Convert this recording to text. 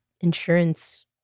insurance